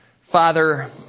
Father